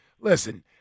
listen